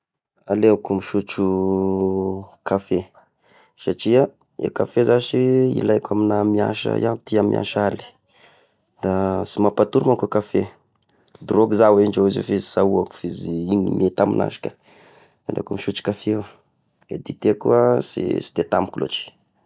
Aleoko misotro kafe satria i kafe zashy ilaiko amigny aho miasa, iaho tia miasa aly, da sy mampatory manko a kafe, drogue za hoy indreo fa izy sy ahoako fa izy igny mety amignazy ka, da aleoko misotro kafe, i dite ko sy de tamiko loatry.